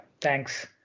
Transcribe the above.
Thanks